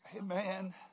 Amen